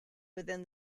within